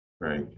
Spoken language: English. Right